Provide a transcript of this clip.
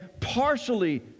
partially